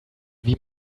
wie